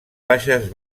baixes